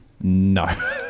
No